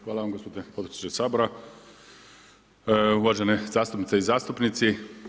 Hvala vam gospodine potpredsjedniče Sabora, uvažene zastupnice i zastupnici.